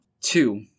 Two